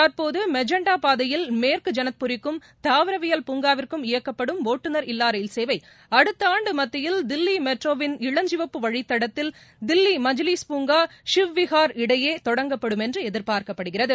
தற்போது மெஜண்டா பாதையில் மேற்கு ஜனத்பூரி க்கும் தாவரவியல் பூங்காவிற்கும் இயக்கப்படும் ட்டுநர் இல்லா ரயில் சேவை அடுத்த ஆண்டு மத்தியில் தில்லி மெட்ரோவின் இளஞ்சிவப்பு வழித்தடத்தில் தில்லி மஜ்ஜிலிஸ் பூங்கா ஷிவ் விஹார் இடையே தொடங்கப்படும் என்று எதிர்பார்க்கப்படுகிறது